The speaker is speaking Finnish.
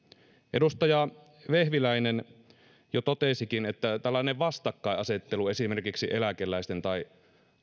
edustaja vehviläinen jo totesikin että tällainen vastakkainasettelu esimerkiksi eläkeläisten tai